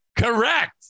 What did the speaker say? Correct